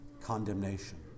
condemnation